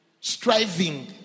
striving